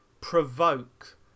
provoke